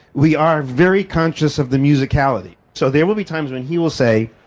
we are very conscious of the musicality. so there will be times when he will say,